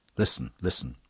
listen. listen.